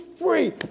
free